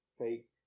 fake